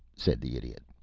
said the idiot.